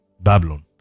Babylon